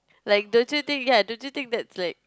like don't you think ya don't you think that's like